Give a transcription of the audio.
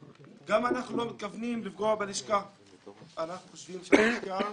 אבל במקרה הזה אני חולק עלייך.